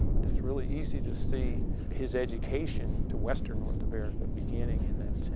it's really easy to see his education to western north america beginning in that tent.